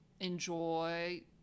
enjoy